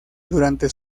durante